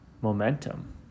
momentum